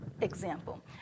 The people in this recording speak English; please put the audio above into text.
example